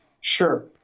Sure